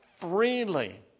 freely